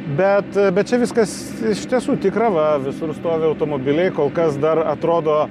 bet bet čia viskas iš tiesų tikra va visur stovi automobiliai kol kas dar atrodo